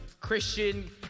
Christian